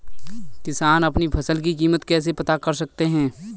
किसान अपनी फसल की कीमत कैसे पता कर सकते हैं?